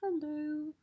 Hello